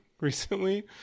Recently